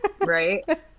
Right